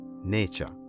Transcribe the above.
nature